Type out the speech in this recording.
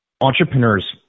Entrepreneurs